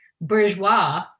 bourgeois